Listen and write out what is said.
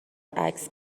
عکس